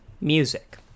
music